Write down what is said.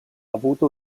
avuto